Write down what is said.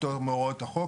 פטור מהוראות החוק,